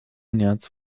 nerz